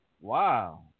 Wow